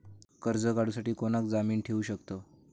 कर्ज काढूसाठी कोणाक जामीन ठेवू शकतव?